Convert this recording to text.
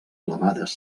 elevades